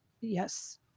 Yes